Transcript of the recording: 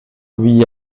lui